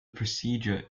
procedure